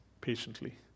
patiently